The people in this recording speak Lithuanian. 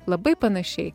labai panašiai